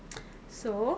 so